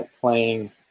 playing